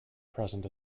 present